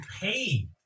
pay